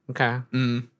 Okay